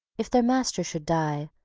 if their master should die,